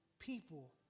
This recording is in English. people